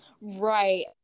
Right